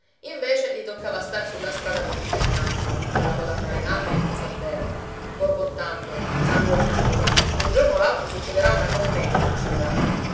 invece gli toccava star sulla strada come un cagnaccio colla coda fra le gambe e il muso a terra borbottando sangue di giuda un giorno o l'altro succederà una commedia succederà